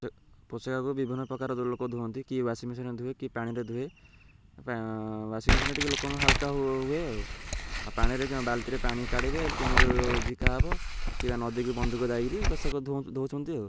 ପୋଷାକୁ ବିଭିନ୍ନ ପ୍ରକାର ଲୋକ ଧୁଅନ୍ତି କି ୱାସିଂମେସିନ୍ରେ ଧୁଏ କି ପାଣିରେ ଧୁଏ ୱାଶିଂମେସିନ୍ରେ ଟିକେ ଲୋକଙ୍କୁ ହାଲକା ହୁଏ ଆଉ ଆଉ ପାଣିରେ ବାଲଟିରେ ପାଣି କାଢ଼ିବେ କୂଅରୁ ଝିକା ହବ କିମ୍ବା ନଦୀକୁ ବନ୍ଧୁକ ଯାଇକିରି ପୋଷାକ ଧଉଛନ୍ତି ଆଉ